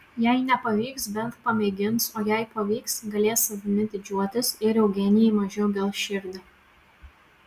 jei nepavyks bent pamėgins o jei pavyks galės savimi didžiuotis ir eugenijai mažiau gels širdį